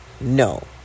no